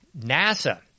NASA